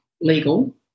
legal